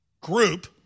group